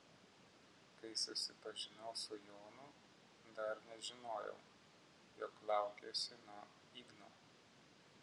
kai susipažinau su jonu dar nežinojau jog laukiuosi nuo igno